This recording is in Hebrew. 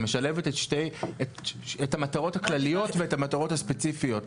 שמשלבת את המטרות הכלליות ואת המטרות הספציפיות.